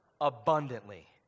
abundantly